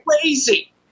crazy